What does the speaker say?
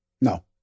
No